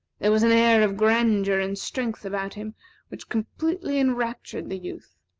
there was an air of grandeur and strength about him which completely enraptured the youth.